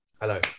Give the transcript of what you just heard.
Hello